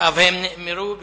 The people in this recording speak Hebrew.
והם נאמרו בשמו,